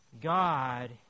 God